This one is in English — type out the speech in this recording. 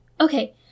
Okay